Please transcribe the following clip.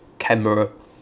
camera